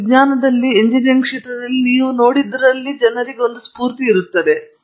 ಮತ್ತು ವಿಜ್ಞಾನದಲ್ಲಿ ಮತ್ತು ಎಂಜಿನಿಯರಿಂಗ್ ವಿವಿಧ ಕ್ಷೇತ್ರಗಳಲ್ಲಿ ನೀವು ನೋಡಿದಲ್ಲಿ ಒಂದು ಜನರಿಗೆ ಸ್ಫೂರ್ತಿಯಾಗಿದೆ